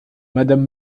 madame